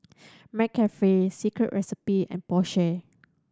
McCafe Secret Recipe and Porsche